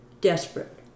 desperate